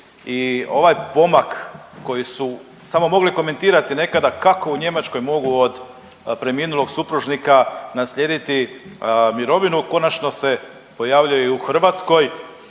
ovaj pomak koji su samo mogli komentirati nekada kako u Njemačkoj mogu od preminulog supružnika naslijediti mirovinu konačno se pojavljuje i u Hrvatskoj.